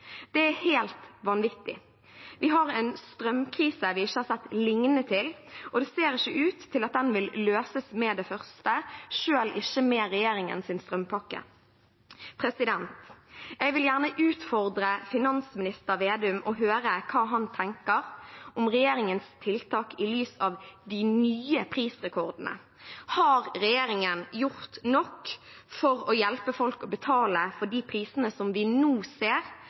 Det er helt vanvittig. Vi har en strømkrise vi ikke har sett maken til, og det ser ikke ut til at den vil løses med det første, selv ikke med regjeringens strømpakke. Jeg vil gjerne utfordre finansminister Vedum og høre hva han tenker om regjeringens tiltak i lys av de nye prisrekordene. Har regjeringen gjort nok for å hjelpe folk med å betale til de prisene vi nå ser,